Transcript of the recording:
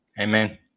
Amen